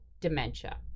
dementia